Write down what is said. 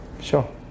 Sure